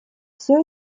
все